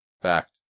Fact